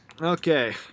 okay